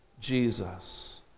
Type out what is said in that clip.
Jesus